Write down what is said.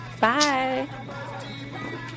bye